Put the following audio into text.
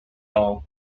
all